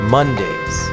Mondays